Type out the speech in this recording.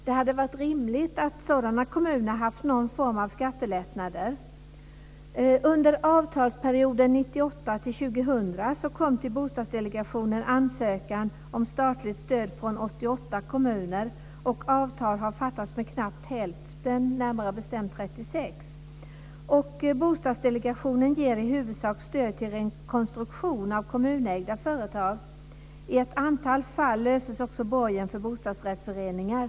Det hade varit rimligt att sådana kommuner haft någon form av skattelättnader. Under avtalsperioden 1998 2000 kom ansökan till Bostadsdelegationen om statligt stöd från 88 kommuner. Avtal har träffats med knappt hälften, närmare bestämt 36. Bostadsdelegationen ger i huvudsak stöd till rekonstruktion av kommunägda företag. I ett antal fall löses också borgen för bostadsrättsföreningar.